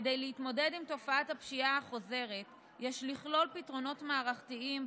כדי להתמודד עם תופעת הפשיעה החוזרת יש לכלול פתרונות מערכתיים,